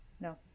no